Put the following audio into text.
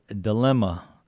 dilemma